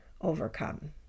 overcome